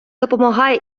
допомагає